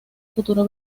futuro